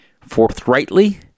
forthrightly